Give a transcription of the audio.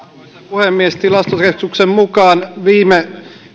puhemies tilastokeskuksen mukaan viime